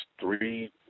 three